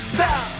Stop